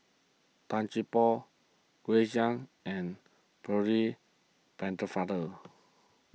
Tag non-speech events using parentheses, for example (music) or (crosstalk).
Tan Gee Paw Grace Young and Percy (unintelligible)